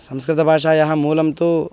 संस्कृतभाषायाः मूलं तु